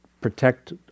protect